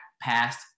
passed